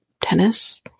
tennis